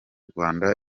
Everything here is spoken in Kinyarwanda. rwanda